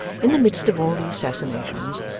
in the midst of all these fascinations,